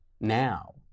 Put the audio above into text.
now